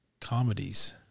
Comedies